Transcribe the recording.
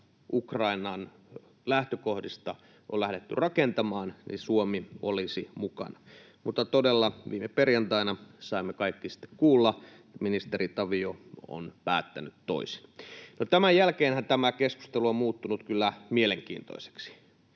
Ukrainan lähtökohdista on lähdetty rakentamaan, Suomi olisi mukana, mutta todella viime perjantaina saimme kaikki sitten kuulla, että ministeri Tavio on päättänyt toisin. No, tämän jälkeenhän tämä keskustelu on muuttunut kyllä mielenkiintoiseksi.